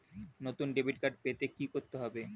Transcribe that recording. নতুন debit card পেতে কী করতে হবে?